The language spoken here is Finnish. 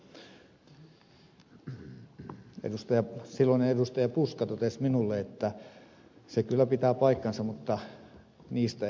kysyin tästä ja silloinen edustaja puska totesi minulle että se kyllä pitää paikkansa mutta niistä ei pidä puhua